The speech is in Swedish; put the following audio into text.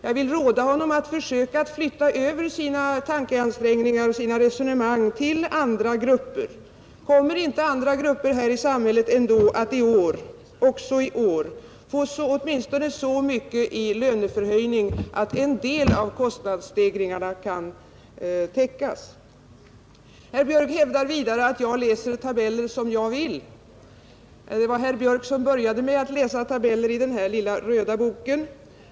Jag vill råda honom att flytta över sina tankeansträngningar och resonemang till andra grupper. Kommer inte andra grupper i samhället ändå att också i år få åtminstone så mycket i löneförhöjning att en del av kostnadsstegringen kan täckas? Herr Björk hävdar vidare att jag läser tabeller som jag vill. Det var dock herr Björk som började att läsa tabeller i den lilla röda boken.